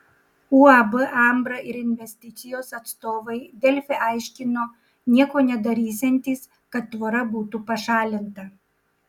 uab ambra investicijos atstovai delfi aiškino nieko nedarysiantys kad tvora būtų pašalinta